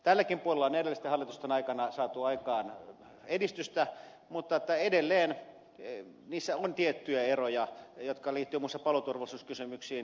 tälläkin puolella on edellisten hallitusten aikana saatu aikaan edistystä mutta edelleen niissä on tiettyjä eroja jotka liittyvät muun muassa paloturvallisuuskysymyksiin